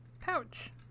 pouch